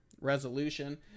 resolution